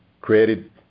Created